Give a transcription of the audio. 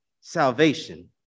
salvation